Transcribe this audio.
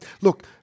Look